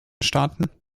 staaten